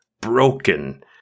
broken